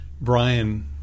Brian